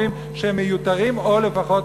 אומרים שהם מיותרים או לפחות